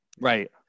Right